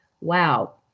Wow